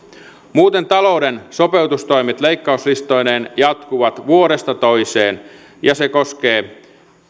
muuten talouden sopeutustoimet leikkauslistoineen jatkuvat vuodesta toiseen ja se koskee